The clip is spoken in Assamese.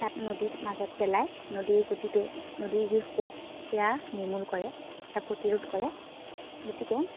তাত নদীত মাজত পেলাই নদীৰ গতিটো নদীৰ যি সোঁত সেয়া নিৰ্মূল কৰে সেয়া প্ৰতৰোধ কৰে গতিকে